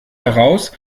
heraus